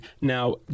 Now